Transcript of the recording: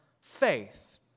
faith